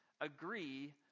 agree